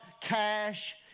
cash